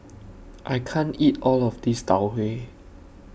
I can't eat All of This Tau Huay